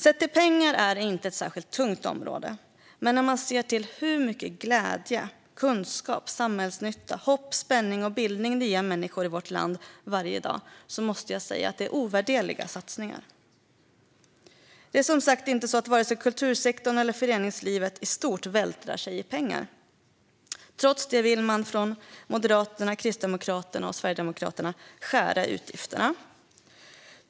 Sett till pengar är det inte ett särskilt tungt område, men när man ser till hur mycket glädje, kunskap, samhällsnytta, hopp, spänning och bildning det ger människor i vårt land varje dag är det ovärderliga satsningar. Varken kultursektorn eller föreningslivet i stort vältrar sig som sagt i pengar. Trots det vill Moderaterna, Kristdemokraterna och Sverigedemokraterna skära i utgifterna.